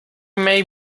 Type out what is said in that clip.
may